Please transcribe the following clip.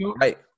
Right